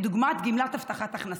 כדוגמת גמלת הבטחת הכנסה.